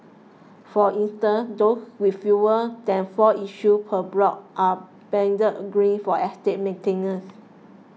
for instance those with fewer than four issues per block are banded green for estate maintenance